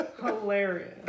Hilarious